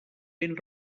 ben